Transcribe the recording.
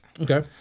Okay